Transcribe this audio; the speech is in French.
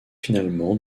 finalement